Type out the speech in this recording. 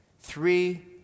three